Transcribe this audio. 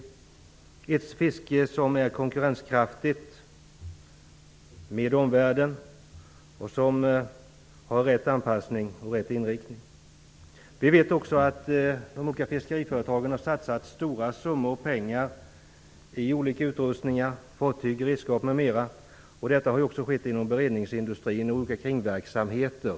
Det skall vara ett fiske som är konkurrenskraftigt jämfört med omvärlden och som har rätt anpassning och rätt inriktning. Vi vet också att fiskeriföretagen har satsat stora summor pengar i utrustningar, fartyg, redskap m.m., och detta har också skett inom beredningsindustri och olika kringverksamheter.